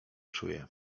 czuje